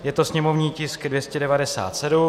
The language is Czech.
Je to sněmovní tisk 297.